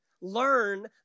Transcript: learn